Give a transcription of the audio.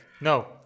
No